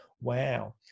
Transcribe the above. Wow